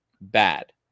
bad